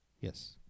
Yes